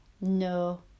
no